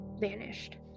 vanished